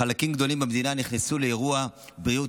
חלקים גדולים במדינה נכנסו לאירוע בריאות